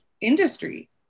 industry